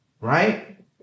Right